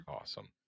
awesome